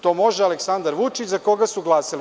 To može Aleksandar Vučić za koga su glasali.